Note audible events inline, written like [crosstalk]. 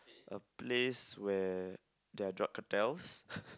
a place where there are drug cartels [laughs]